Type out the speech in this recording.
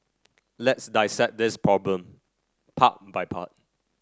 let's dissect this problem part by part